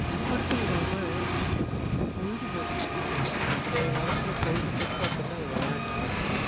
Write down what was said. இது மட்டும் இல்லாமல் பொழுதுபோக்கு முந்தைய காலத்தில் பொழுதுபோக்கு அப்படின்னா அது விளையாட்டு மட்டும்தான்